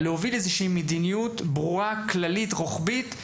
עלינו להוביל מדיניות ברורה כללית רוחבית.